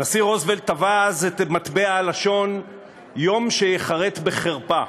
הנשיא רוזוולט טבע אז את מטבע הלשון "יום שייחרת בחרפה".